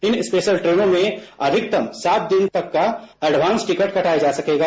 इन special ट्रेनों में अधिकतम सात दिन तक का एडवांस टिकट कटवाया जा सकेगा